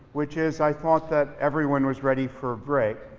which is i thought that everyone was ready for a break.